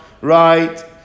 Right